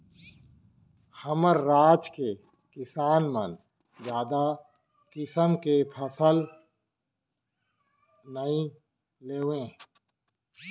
हमर राज के किसान मन जादा किसम के फसल नइ लेवय